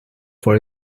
for